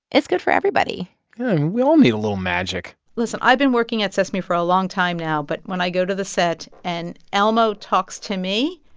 it's good for everybody yeah. and we all need a little magic listen. i've been working at sesame for a long time now. but when i go to the set, and elmo talks to me,